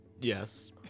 Yes